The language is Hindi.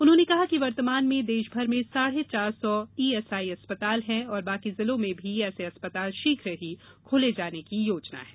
उन्होंने कहा कि वर्तमान में देशभर में साढ़े चार सौ ई एस आई अस्पताल हैं और बाकि जिलों में भी ऐसे अस्पताल शीघ्र ही खोले जाने की योजना है